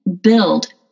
build